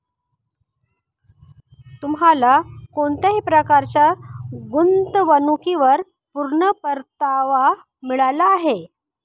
तुम्हाला कोणत्या प्रकारच्या गुंतवणुकीवर पूर्ण परतावा मिळाला आहे